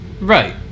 right